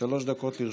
שלוש דקות לרשותך.